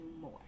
more